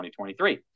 2023